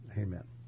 Amen